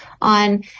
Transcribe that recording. on